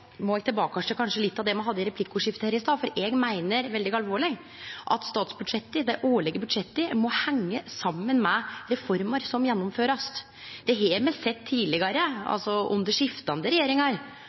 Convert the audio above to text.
må eg tilbake til litt av det me hadde i replikkordskiftet her i stad. Eg meiner veldig alvorleg at statsbudsjettet, dei årlege budsjetta, må hengje saman med reformer som blir gjennomførte. Me har sett tidlegare,